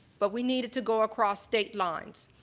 but we needed to go across state lines.